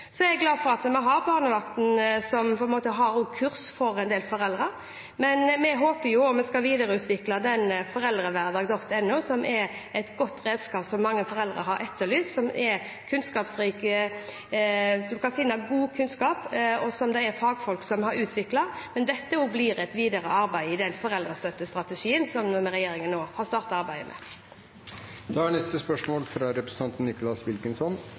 Så jeg er glad for at vi har Barnevakten, som også har kurs for en del foreldre, og vi skal videreutvikle foreldrehverdag.no, som er et godt redskap som mange foreldre har etterlyst, som er et sted der en kan finne god kunnskap, og som det er fagfolk som har utviklet. Men dette også blir et videre arbeid i den foreldrestøttestrategien som denne regjeringen nå har startet arbeidet med. Jeg vil stille følgende spørsmål